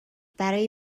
برای